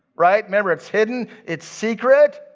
right? maybe it's hidden. it's secret.